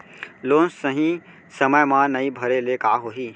Loan सही समय मा नई भरे ले का होही?